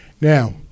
Now